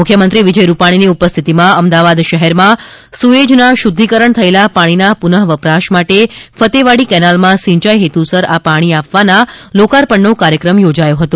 મુખ્યમંત્રી વિજય રૂપાણીની ઉપસ્થિતિમાં અમદાવાદ શહેરમાં સુએઝના શુધ્ધીકરણ થયેલા પાણીના પુઃન વપરાશ માટે ફતેહવાડી કેનાલમાં સિંચાઈ હેતું સર આ પાણી આપવાના લોર્કાપણનો કાર્યક્રમ યોજાયો હતો